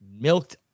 milked